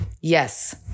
Yes